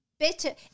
Better